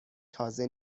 تازه